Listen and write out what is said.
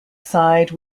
side